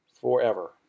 forever